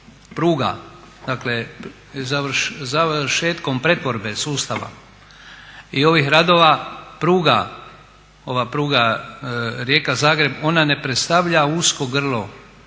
pruga, dakle završetkom pretvorbe sustava i ovih radova ova pruga Rijeka-Zagreb ona ne predstavlja usko grlo